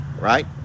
right